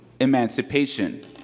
emancipation